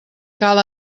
cal